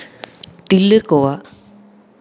ᱛᱤᱨᱞᱟᱹ ᱠᱚᱣᱟᱜ